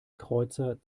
kreuzer